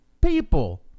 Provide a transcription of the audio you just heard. people